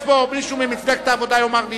יש פה מישהו ממפלגת העבודה שיאמר לי